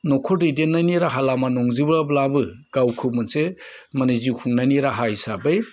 न'खर दैदेननायनि राहा लामा नंजोबाब्लाबो गावखौ मोनसे माने जिउ खुंनायनि राहा हिसाबै